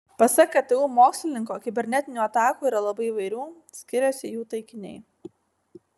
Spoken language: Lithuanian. pasak ktu mokslininko kibernetinių atakų yra labai įvairių skiriasi jų taikiniai